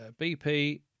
BP